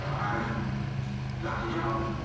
i am dr. troutman,